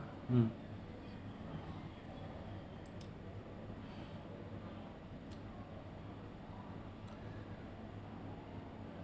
hmm